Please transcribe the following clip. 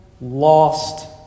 lost